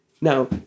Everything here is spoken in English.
Now